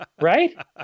Right